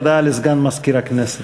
הודעה לסגן מזכירת הכנסת.